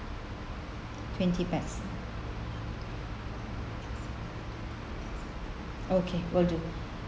twenty pax okay will do